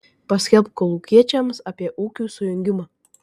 paskelbk kolūkiečiams apie ūkių sujungimą